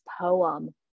poem